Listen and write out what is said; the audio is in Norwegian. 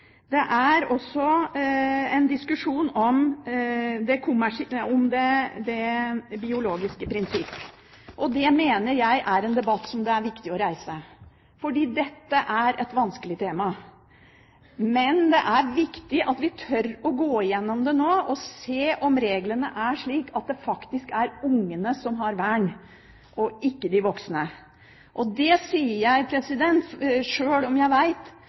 Det er også en diskusjon om det biologiske prinsipp. Det mener jeg er en debatt som det er viktig å reise, fordi dette er et vanskelig tema. Men det er viktig at vi tør å gå gjennom det nå og se om reglene er slik at det faktisk er ungene som har vern, og ikke de voksne. Det sier jeg, sjøl om jeg